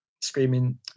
screaming